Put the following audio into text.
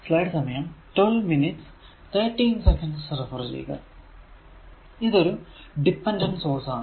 ഇതൊരു dependent source ആണ്